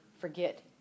forget